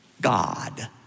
God